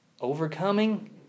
overcoming